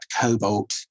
cobalt